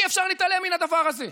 אי-אפשר להתעלם מן הדבר הזה.